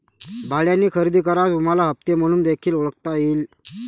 भाड्याने खरेदी करा तुम्हाला हप्ते म्हणून देखील ओळखता येईल